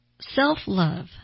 self-love